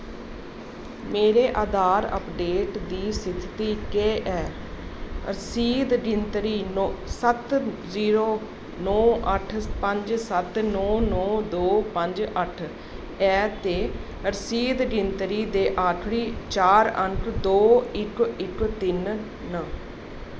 मेरे आधार अपडेट दी स्थिति केह् ऐ रसीद गिनतरी सत्त जीरो नौ अट्ठ पंज सत्त नौ नौ दो पंज अट्ठ ऐ ते रसीद गिनतरी दे आखरी चार अंक दो इक इक तिन न